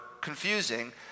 confusing